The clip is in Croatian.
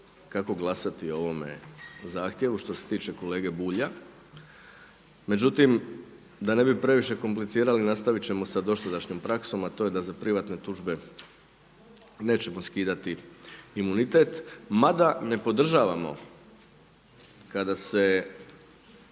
kako glasati o ovome zahtjevu što se tiče kolege Bulja, međutim da ne bi previše komplicirali nastavit ćemo sa dosadašnjom praksom, a to je da za privatne tužbe nećemo skidati imunitet, mada ne podržavamo kada se